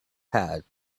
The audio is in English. had